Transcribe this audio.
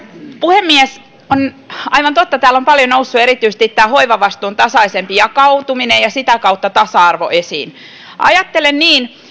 puhemies on aivan totta täällä on paljon noussut esiin erityisesti tämä hoivavastuun tasaisempi jakautuminen ja sitä kautta tasa arvo ajattelen niin